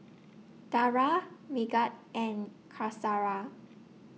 Dara Megat and Qaisara